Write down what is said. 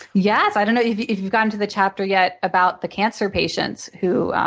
yes. i don't know if if you've gotten to the chapter yet about the cancer patients who